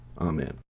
Amen